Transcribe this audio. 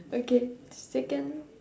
okay second